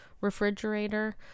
Refrigerator